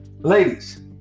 Ladies